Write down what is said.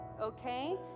okay